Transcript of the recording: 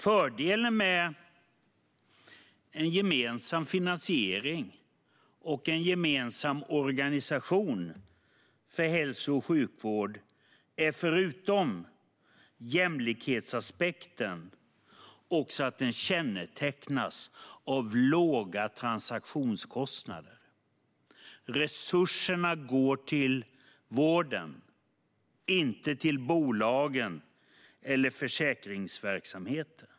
Fördelen med en gemensam finansiering och en gemensam organisation för hälso och sjukvård är, förutom jämlikhetsaspekten, att den kännetecknas av låga transaktionskostnader. Resurserna går till vården och inte till bolagen eller försäkringsverksamheten.